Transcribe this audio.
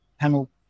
panel